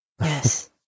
Yes